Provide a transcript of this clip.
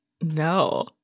No